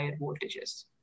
voltages